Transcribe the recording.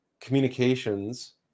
communications